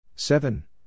Seven